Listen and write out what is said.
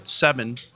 seven